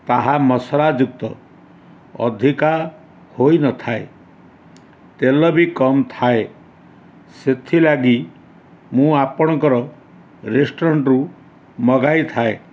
ତାହା ମସଲା ଯୁକ୍ତ ଅଧିକା ହୋଇନଥାଏ ତେଲ ବି କମ୍ ଥାଏ ସେଥିଲାଗି ମୁଁ ଆପଣଙ୍କର ରେଷ୍ଟୁରାଣ୍ଟ୍ରୁ ମଗାଇଥାଏ